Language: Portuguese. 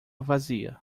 vazia